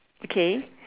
okay